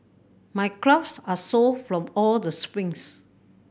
my calves are sore from all the sprints